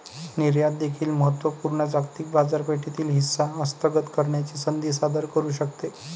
निर्यात देखील महत्त्व पूर्ण जागतिक बाजारपेठेतील हिस्सा हस्तगत करण्याची संधी सादर करू शकते